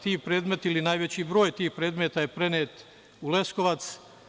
Ti predmeti ili najveći broj tih predmeta je prenet u Leskovac.